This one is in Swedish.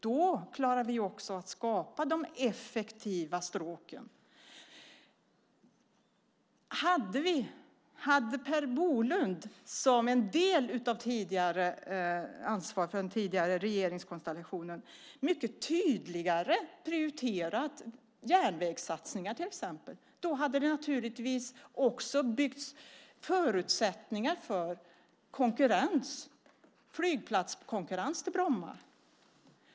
Då klarar vi också att skapa de effektiva stråken. Om Per Bolund som en del av sitt ansvar för den tidigare regeringskonstellationen mycket tydligare hade prioriterat järnvägssatsningar till exempel hade det naturligtvis också skapats förutsättningar för konkurrens. Då hade det kunna bli en flygplatskonkurrens för Bromma.